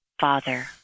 Father